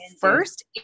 first